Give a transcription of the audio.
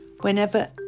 whenever